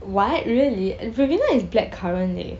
what really uh ribena is blackcurrant leh